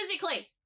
physically